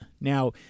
Now